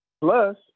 Plus